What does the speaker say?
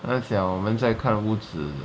跟他讲我们在看屋子